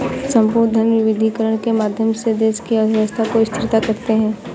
संप्रभु धन विविधीकरण के माध्यम से देश की अर्थव्यवस्था को स्थिर करता है